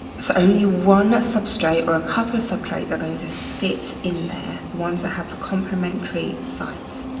so only one substrate, or a couple of substrates, are going to fit in there, the ones that have the complementary sites.